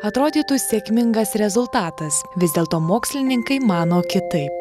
atrodytų sėkmingas rezultatas vis dėlto mokslininkai mano kitaip